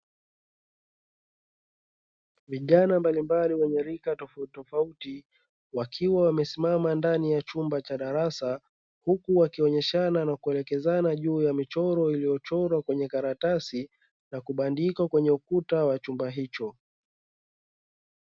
Vijana Mbali mbali wenye rika tofauti tofauti wakiwa wamesimama ndani ya chumba cha darasa, huku wakionyeshana na kuelekezana juu ya michoro, iliyochorwa kwenye karatasi na kubadilika kwenye ukuta wa chumba hicho.